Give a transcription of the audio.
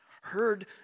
heard